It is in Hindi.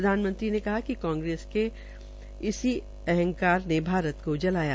प्रधानमंत्री ने कहा कि कांग्रेस के इसी अहंकार ने भारत को जलाया